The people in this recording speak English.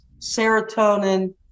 serotonin